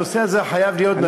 הנושא הזה חייב להיות נדון,